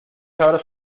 sabrá